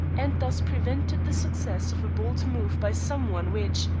and thus prevented the success of a bold move by some one which,